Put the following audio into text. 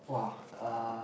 !wah! uh